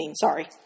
Sorry